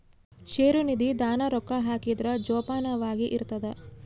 ಷೇರು ನಿಧಿ ದಾಗ ರೊಕ್ಕ ಹಾಕಿದ್ರ ಜೋಪಾನವಾಗಿ ಇರ್ತದ